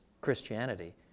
Christianity